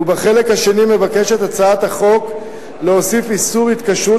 ובחלק השני מבקשת הצעת החוק להוסיף איסור התקשרות